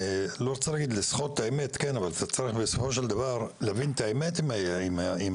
לא צריך לסחוט את האמת אבל צריך בסופו של דבר להבין את האמת עם הילד,